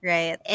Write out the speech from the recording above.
Right